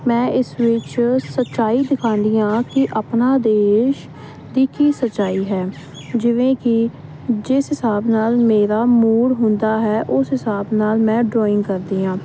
ਮੈਂ ਇਸ ਵਿੱਚ ਸੱਚਾਈ ਦਿਖਾਉਂਦੀ ਹਾਂ ਕਿ ਆਪਣੇ ਦੇਸ਼ ਦੀ ਕੀ ਸੱਚਾਈ ਹੈ ਜਿਵੇਂ ਕਿ ਜਿਸ ਹਿਸਾਬ ਨਾਲ ਮੇਰਾ ਮੂੜ ਹੁੰਦਾ ਹੈ ਉਸ ਹਿਸਾਬ ਨਾਲ ਮੈਂ ਡਰਾਇੰਗ ਕਰਦੀ ਹਾਂ